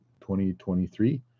2023